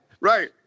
Right